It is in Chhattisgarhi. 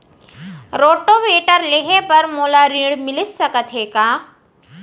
रोटोवेटर लेहे बर मोला ऋण मिलिस सकत हे का?